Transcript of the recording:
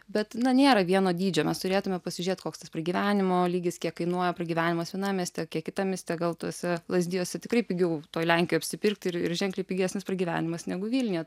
bet na nėra vieno dydžio mes turėtume pasižiūrėt koks tas pragyvenimo lygis kiek kainuoja pragyvenimas senamiestyje kiek kitam miste gal tuose lazdijuose tikrai pigiau toj lenkijoj apsipirkti ir ir ženkliai pigesnis pragyvenimas negu vilniuje